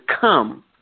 come